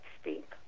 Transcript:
speak